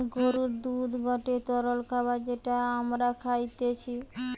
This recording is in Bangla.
গরুর দুধ গটে তরল খাবার যেটা আমরা খাইতিছে